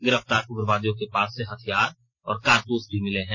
गिरफ्तार उग्रवादियों के पास से हथियार और कारतूस भी मिले हैं